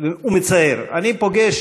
ומצער, אני פוגש